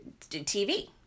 TV